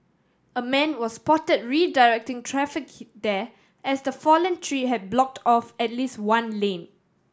a man was spotted redirecting traffic there as the fallen tree have blocked off at least one lane